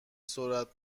سرعت